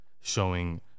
showing